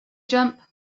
jump